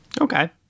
Okay